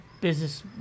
business